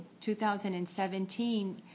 2017